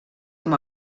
com